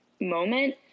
moment